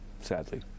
sadly